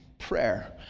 prayer